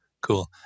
Cool